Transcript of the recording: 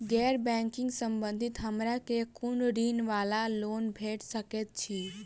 गैर बैंकिंग संबंधित हमरा केँ कुन ऋण वा लोन भेट सकैत अछि?